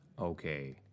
Okay